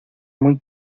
muy